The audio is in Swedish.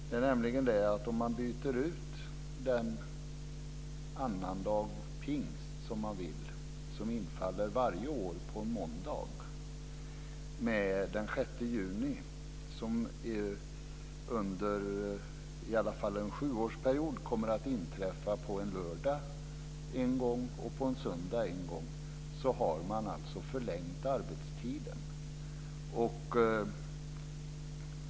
Om man - som man vill göra - byter ut annandag pingst, som varje år infaller på en måndag, mot den 6 juni, som under i alla fall en sjuårsperiod kommer att inträffa på en lördag en gång och på en söndag en gång, har man alltså förlängt arbetstiden.